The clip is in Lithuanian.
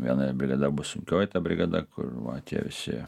viena brigada bus sunkioji ta brigada kur tie visi